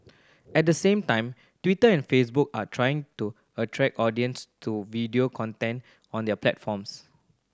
at the same time Twitter and Facebook are trying to attract audience to video content on their platforms